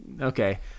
Okay